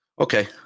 okay